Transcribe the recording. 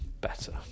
better